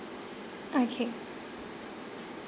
okay